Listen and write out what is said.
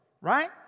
Right